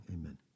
amen